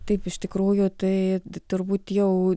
taip iš tikrųjų tai turbūt jau